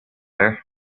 her